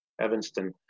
Evanston